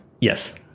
Yes